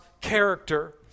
character